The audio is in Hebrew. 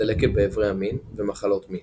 דלקת באיברי המין ומחלות מין.